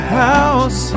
house